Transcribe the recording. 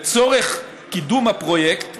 לצורך קידום הפרויקט